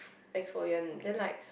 exfoliant then like